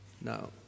Now